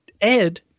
ed